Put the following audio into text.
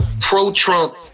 pro-Trump